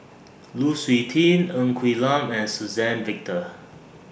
Lu Suitin Ng Quee Lam and Suzann Victor